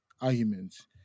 arguments